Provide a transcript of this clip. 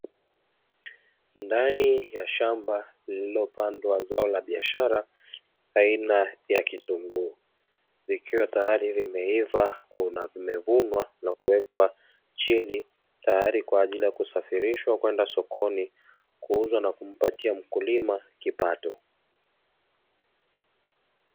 Ndani ya shamba lililopandwa zao la biashara aina ya kitunguu. Zikiwa tayari zimeiva, kuna zimevunwa na kuwekwa chini tayari kwa ajili ya kusafirishwa kwenda sokoni kuuzwa na kumpatia mkulima kipato.